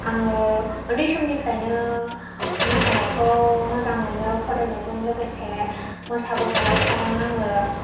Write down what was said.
आङो उन्दै समनिफ्रायनो मोसानायखौ मोजां मोनो फरायनायजों लोगोसे मोसाबोफाबाय थादों आङो